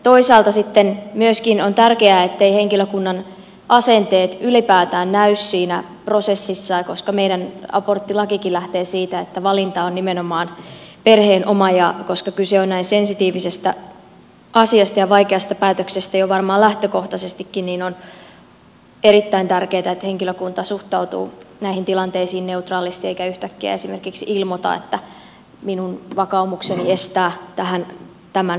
toisaalta sitten myöskin on tärkeää etteivät henkilökunnan asenteet ylipäätään näy siinä prosessissa koska meidän aborttilakikin lähtee siitä että valinta on nimenomaan perheen oma ja koska kyse on näin sensitiivisestä asiasta ja vaikeasta päätöksestä jo varmaan lähtökohtaisestikin niin on erittäin tärkeätä että henkilökunta suhtautuu näihin tilanteisiin neutraalisti eikä yhtäkkiä esimerkiksi ilmoita että minun vakaumukseni estää tämän toimenpiteen suorittamisen